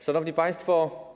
Szanowni Państwo!